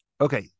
Okay